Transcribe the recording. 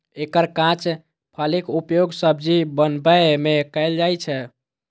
एकर कांच फलीक उपयोग सब्जी बनबै मे कैल जाइ छै